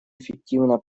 эффективно